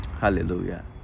Hallelujah